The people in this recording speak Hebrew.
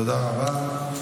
תודה רבה.